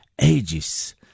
ages